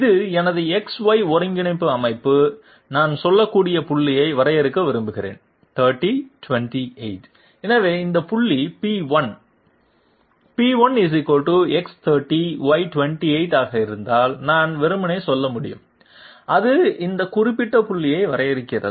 இது எனது XY ஒருங்கிணைப்பு அமைப்பு நான் சொல்லக்கூடிய புள்ளியை வரையறுக்க விரும்புகிறேன் 30 28 எனவே இந்த புள்ளி p1 p1 X30Y28 ஆக இருந்தால் நான் வெறுமனே சொல்ல முடியும் அது இந்த குறிப்பிட்ட புள்ளியை வரையறுக்கிறது